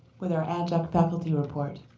with our adjunct faculty report.